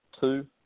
two